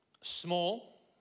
small